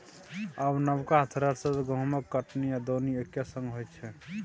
आब नबका थ्रेसर सँ गहुँमक कटनी आ दौनी एक्के संग होइ छै